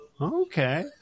okay